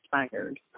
inspired